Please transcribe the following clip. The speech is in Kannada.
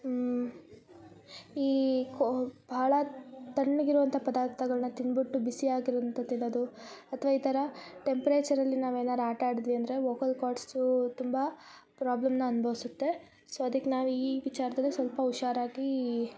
ಈ ಕೋ ಭಾಳ ತಣ್ಣಗಿರುವಂಥಾ ಪದಾರ್ಥಗಳ್ನ ತಿಂದ್ಬಿಟ್ಟು ಬಿಸಿಯಾಗಿರೋ ಅಂಥದ್ದು ತಿನ್ನೋದು ಅಥ್ವಾ ಈ ಥರ ಟೆಂಪ್ರೇಚರಲ್ಲಿ ನಾವು ಏನಾರ ಆಟ ಆಡದ್ವಿ ಅಂದರೆ ವೋಕಲ್ ಕೋರ್ಡ್ಸು ತುಂಬಾ ಪ್ರಾಬ್ಲಮ್ನ ಅನುಭವಿಸುತ್ತೆ ಸೋ ಅದಿಕ್ಕೆ ನಾವು ಈ ವಿಚಾರದಲ್ಲಿ ಸ್ವಲ್ಪ ಹುಷಾರಾಗಿ